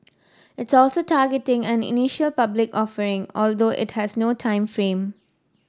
it's also targeting an public offering although it has no time frame